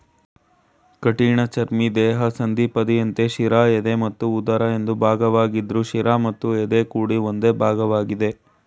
ಕಠಿಣಚರ್ಮಿ ದೇಹ ಸಂಧಿಪದಿಯಂತೆ ಶಿರ ಎದೆ ಮತ್ತು ಉದರ ಎಂದು ಭಾಗವಾಗಿದ್ರು ಶಿರ ಮತ್ತು ಎದೆ ಕೂಡಿ ಒಂದೇ ಭಾಗವಾಗಿದೆ